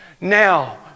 Now